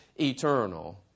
eternal